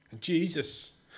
Jesus